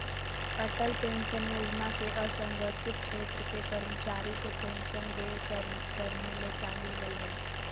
Atal pension योजना के असंगठित क्षेत्र के कर्मचारी के पेंशन देय करने ले चालू होल्हइ